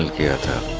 here to